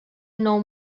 nou